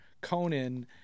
Conan